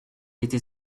était